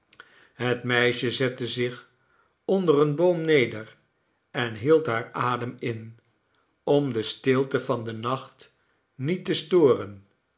het meisje zette zich ondereen boom neder en hield haar adem in om de stilte van den nacht niet te storen